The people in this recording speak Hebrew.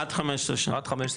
עד 15 שנה.